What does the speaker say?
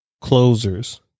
closers